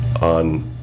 on